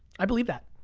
i believe that.